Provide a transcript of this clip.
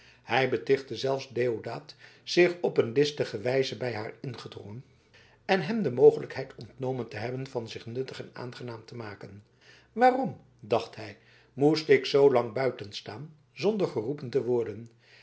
hij betichtte zelfs deodaat zich op een listige wijze bij haar ingedrongen en hem de mogelijkheid ontnomen te hebben van zich nuttig en aangenaam te maken waarom dacht hij moest ik zoolang buiten staan zonder geroepen te worden